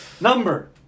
Number